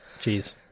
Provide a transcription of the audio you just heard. Jeez